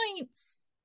points